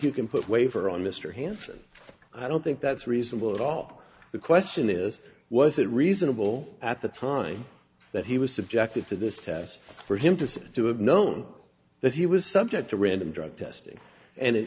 you can put waiver on mr hanson i don't think that's reasonable at all the question is was it reasonable at the time that he was subjected to this test for him to see to have known that he was subject to random drug testing and